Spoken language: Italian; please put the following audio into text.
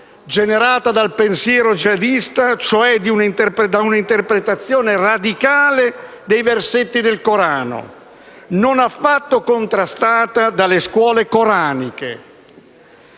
generata dal pensiero jihadista, cioè da un'interpretazione radicale dei versetti del Corano, non affatto contrastata dalle scuole coraniche.